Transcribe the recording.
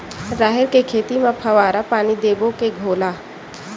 राहेर के खेती म फवारा पानी देबो के घोला?